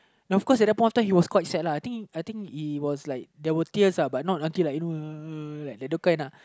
of course at that point of time he was quite sad lah I think I think he was like there was tears lah but not like like those kind lah